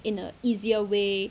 in a easier way